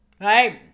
Right